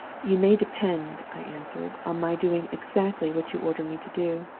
you may depend i answered, on my doing exactly what you order me to do.